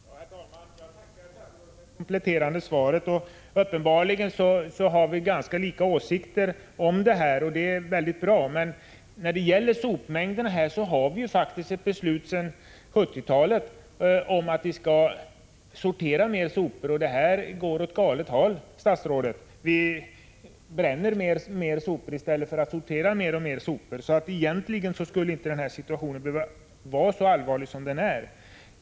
Herr talman! Jag tackar statsrådet för det kompletterande svaret. Uppenbarligen har vi ganska lika åsikter om frågan, och det är bra. När det gäller sopmängderna har vi faktiskt ett beslut sedan 1970-talet om att sortera mer sopor, och detta går åt galet håll. Vi bränner mer sopor i stället för att sortera mer och mer. Egentligen borde inte denna situation behöva vara så allvarlig som den är.